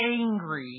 Angry